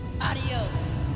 Adios